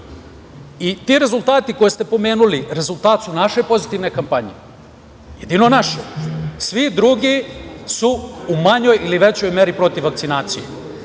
Ti rezultati koje ste pomenuli su rezultat naše pozitivne kampanje, jedino naše. Svi drugi su u manjoj ili većoj meri protiv vakcinacije.U